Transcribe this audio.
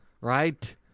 Right